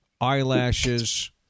eyelashes